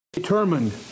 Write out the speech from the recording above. determined